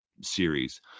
series